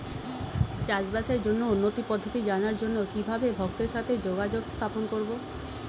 চাষবাসের জন্য উন্নতি পদ্ধতি জানার জন্য কিভাবে ভক্তের সাথে যোগাযোগ স্থাপন করব?